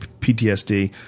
PTSD